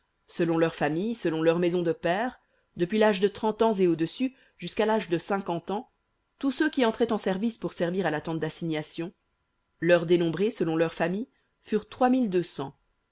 selon leurs familles selon leurs maisons de pères depuis l'âge de trente ans et au-dessus jusqu'à l'âge de cinquante ans tous ceux qui entraient en service pour servir à la tente dassignation leurs dénombrés selon leurs familles furent